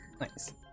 nice